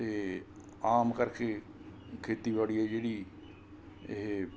ਅਤੇ ਆਮ ਕਰਕੇ ਖੇਤੀਬਾੜੀ ਹੈ ਜਿਹੜੀ ਇਹ